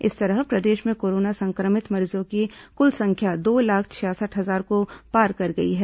इस तरह प्रदेश में कोरोना संक्रमित मरीजों की कुल संख्या दो लाख छियासठ हजार को पार कर गई है